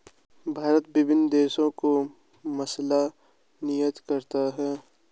भारत विभिन्न देशों को मसाला निर्यात करता है